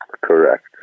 Correct